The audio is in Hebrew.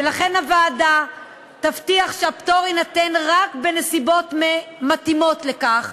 ולכן הוועדה תבטיח שהפטור יינתן רק בנסיבות מתאימות לכך.